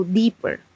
deeper